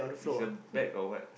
is a bag or what